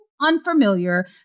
unfamiliar